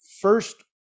first